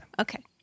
Okay